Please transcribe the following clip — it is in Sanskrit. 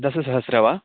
दशसहस्रं वा